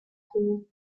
here